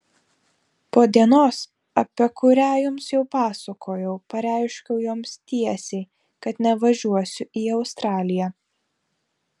po dienos apie kurią jums jau pasakojau pareiškiau joms tiesiai kad nevažiuosiu į australiją